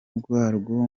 bwarwo